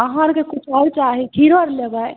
अहाँ आर के आरो किछु चाही खीरो लेबै आर